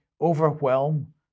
overwhelm